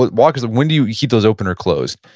but why cause when do you keep those open or closed?